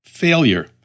Failure